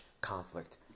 conflict